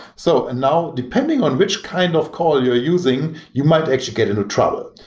so now, depending on which kind of call you're using, you might actually get into trouble.